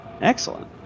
Excellent